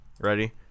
Ready